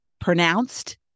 pronounced